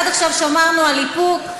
עד עכשיו שמרנו על איפוק,